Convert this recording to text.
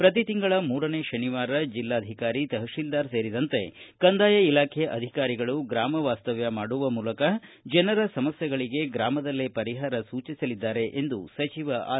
ಪ್ರತಿ ತಿಂಗಳ ಮೂರನೇ ಶನಿವಾರ ಜಿಲ್ಲಾಧಿಕಾರಿಗಳು ತಪಶೀಲ್ವಾರ್ ಸೇರಿದಂತೆ ಕಂದಾಯ ಇಲಾಖೆ ಅಧಿಕಾರಿಗಳು ಗ್ರಾಮ ವಾಸ್ತವ್ಯ ಮಾಡುವ ಮೂಲಕ ಜನರ ಸಮಸ್ಕೆಗಳಿಗೆ ಗ್ರಾಮದಲ್ಲೇ ಪರಿಹಾರ ಸೂಚಿಸಲಿದ್ದಾರೆ ಎಂದು ಸಚಿವ ಆರ್